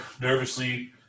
nervously